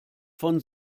von